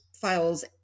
files